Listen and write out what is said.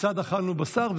כיצד אכלנו בשר.